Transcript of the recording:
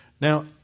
Now